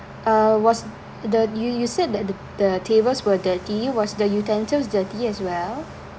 uh was the you you said that the the tables were dirty was the utensils dirty as well